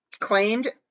claimed